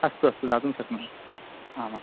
अस्तु अस्तु दातुं शक्नोमि आमाम्